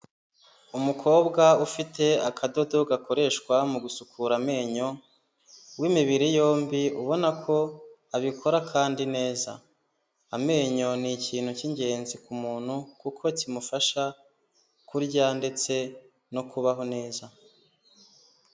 Umukobwa ufite akadodo gakoreshwa mu gusukura amenyo w'imibiri yombi ubona ko abikora kandi neza, amenyo ni ikintu cy'ingenzi ku muntu kuko kimufasha kurya ndetse no kubaho neza.